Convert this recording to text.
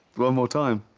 one more time.